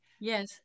Yes